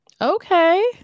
Okay